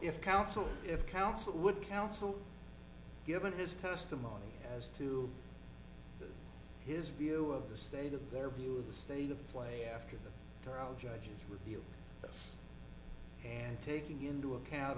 if counsel if counsel would counsel given his testimony as to his view of the state of their view of the state of play after the trial judge's view and taking into account